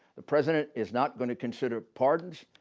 the president is not going to consider pardons.